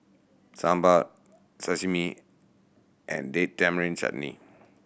Sambar Sashimi and Date Tamarind Chutney